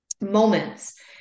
moments